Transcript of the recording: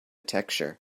texture